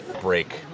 break